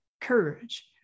Courage